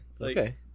Okay